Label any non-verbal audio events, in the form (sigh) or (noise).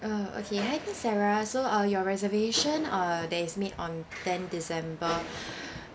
uh okay hi miss sarah so uh your reservation uh that is made on ten december (breath)